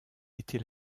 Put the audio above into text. était